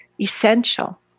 essential